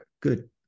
good